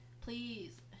please